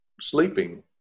sleeping